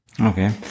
Okay